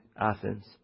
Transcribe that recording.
Athens